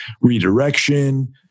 redirection